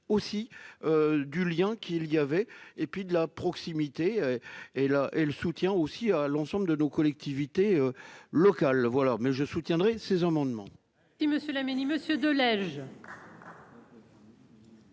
aussi du lien qu'il y avait et puis de la proximité et la et le soutien aussi à l'ensemble de nos collectivités locales voilà mais je soutiendrai ces amendements. Y'monsieur Laménie monsieur de Lège.